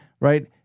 right